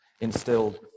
instilled